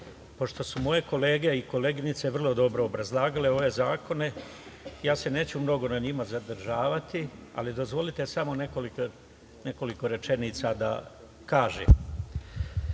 pošto su moje kolege i koleginice vrlo dobro obrazlagale ove zakone ja se neću mnogo na njima zadržavati ali dozvolite samo nekoliko rečenica da kažem. Tačno